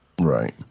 Right